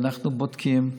ואנחנו בודקים.